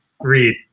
Read